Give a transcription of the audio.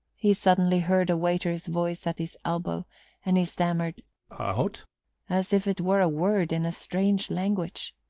he suddenly heard a waiter's voice at his elbow and he stammered out as if it were a word in a strange language.